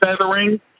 feathering